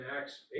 Acts